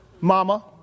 mama